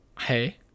Hey